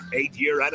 eight-year